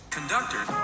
conductor